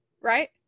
right